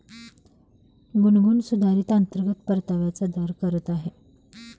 गुनगुन सुधारित अंतर्गत परताव्याचा दर करत आहे